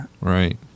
Right